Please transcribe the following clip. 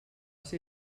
ser